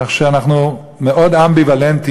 כך שאנחנו מאוד אמביוולנטיים,